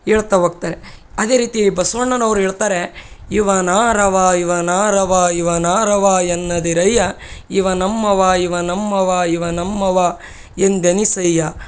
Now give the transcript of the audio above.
ಹೇಳ್ತಾ ಹೋಗ್ತಾರೆ ಅದೇ ರೀತಿ ಬಸವಣ್ಣನವರು ಹೇಳ್ತಾರೆ ಇವನಾರವ ಇವನಾರವ ಇವನಾರವ ಎನ್ನದಿರಯ್ಯ ಇವ ನಮ್ಮವ ಇವ ನಮ್ಮವ ಇವ ನಮ್ಮವ ಎಂದೆನಿಸಯ್ಯ